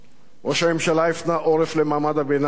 ראש הממשלה הפנה עורף למעמד הביניים,